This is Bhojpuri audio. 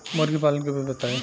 मुर्गी पालन के विधि बताई?